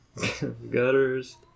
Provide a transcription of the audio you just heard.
gutters